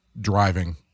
driving